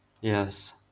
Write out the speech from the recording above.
Yes